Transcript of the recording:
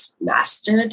mastered